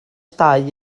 dau